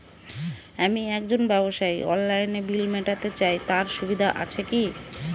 আমি একজন ব্যবসায়ী অনলাইনে বিল মিটাতে চাই তার সুবিধা আছে কি?